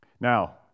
now